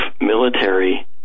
military